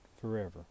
forever